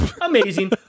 amazing